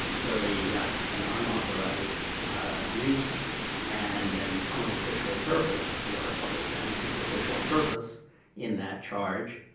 clearly he got an unauthorized use and an unofficial purpose or other than official purpose in that charge.